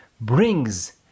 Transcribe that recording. brings